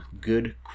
good